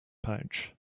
pouch